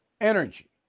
energy